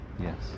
Yes